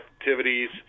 activities